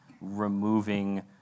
removing